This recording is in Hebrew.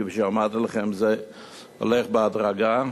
כפי שאמרתי לכם, זה הולך בהדרגה.